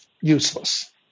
useless